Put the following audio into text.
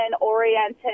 oriented